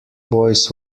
boys